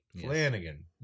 Flanagan